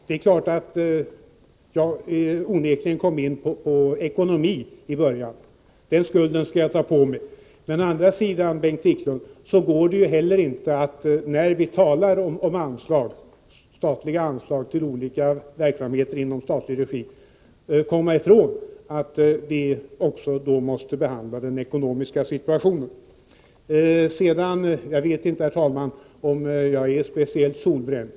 Herr talman! Jag kom onekligen in på ekonomi i början — det skall jag ta på mig. Men å andra sidan, Bengt Wiklund, går det ju inte, när vi talar om statliga anslag till verksamheter i statlig regi, att komma ifrån att vi också måste behandla den ekonomiska situationen. Jag vet inte, herr talman, om jag är speciellt solbränd.